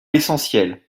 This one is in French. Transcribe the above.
l’essentiel